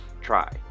try